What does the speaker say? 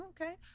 Okay